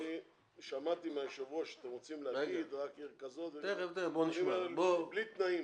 שמעתי מהיושב-ראש שאתם רוצים רק עיר כזאת אני אומר בלי תנאים,